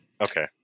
okay